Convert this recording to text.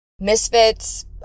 misfits